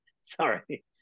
Sorry